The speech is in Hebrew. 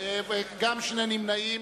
וגם שני נמנעים,